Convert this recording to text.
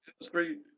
industry